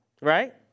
right